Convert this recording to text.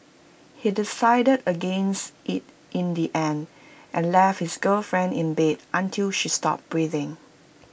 he decided against IT in the end and left his girlfriend in bed until she stopped breathing